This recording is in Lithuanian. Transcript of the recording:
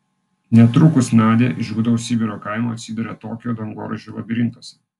netrukus nadia iš gūdaus sibiro kaimo atsiduria tokijo dangoraižių labirintuose